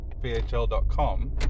VHL.com